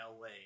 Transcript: la